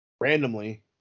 randomly